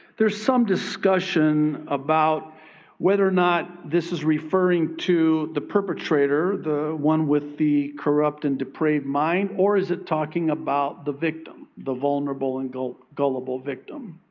there's some discussion about whether or not this is referring to the perpetrator, the one with the corrupt and depraved mind. or is it talking about the victim, the vulnerable and gullible gullible victim?